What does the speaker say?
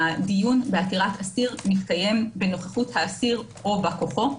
הדיון בעתירת אסיר מתקיים בנוכחות האסיר או בא כוחו,